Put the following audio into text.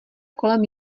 kolem